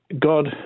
God